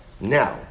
now